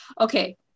okay